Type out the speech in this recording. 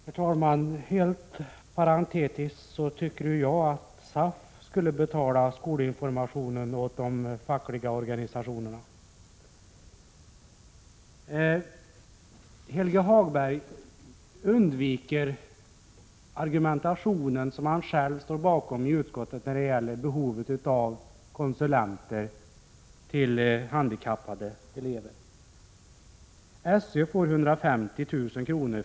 Herr talman! Helt parentetiskt vill jag säga att jag tycker SAF borde betala skolinformationen åt de fackliga organisationerna. När det gäller behovet av konsulenter för handikappade elever ignorerar Helge Hagberg den argumentation som han själv stod bakom i utskottet. SÖ får 150 000 kr.